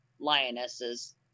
lionesses